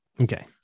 Okay